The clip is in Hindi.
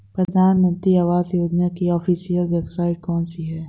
प्रधानमंत्री आवास योजना की ऑफिशियल वेबसाइट कौन सी है?